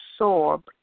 absorb